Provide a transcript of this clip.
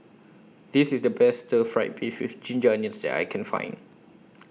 This IS The Best Stir Fried Beef with Ginger Onions that I Can Find